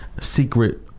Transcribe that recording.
Secret